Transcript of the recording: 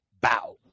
bow